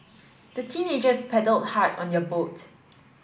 the teenagers paddled hard on their boat